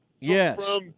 Yes